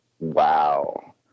wow